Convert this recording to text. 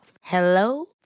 Hello